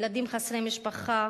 ילדים חסרי משפחה